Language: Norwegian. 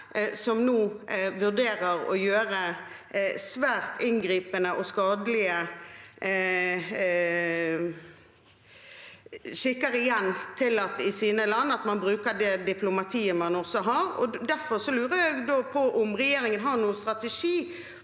igjen vurderer å gjøre svært inngripende og skadelige skikker tillatt i sitt land, og at man bruker det diplomatiet man har. Derfor lurer jeg på om regjeringen har noen strategi